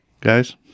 Guys